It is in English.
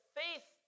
faith